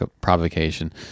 provocation